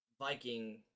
Viking